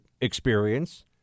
experience